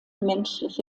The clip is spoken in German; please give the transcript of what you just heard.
menschliche